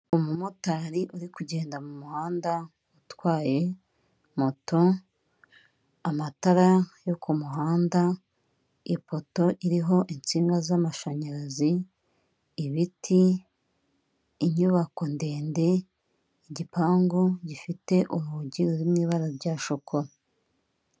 Umumotari uri kugenda mumuhanda utwaye moto amatara yo kumuhanda ipoto iriho insinga z'mashanyarazi, ibiti inyubako ndende igipangu gifite urugi ruri mu ibara rya shokora .